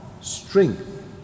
strength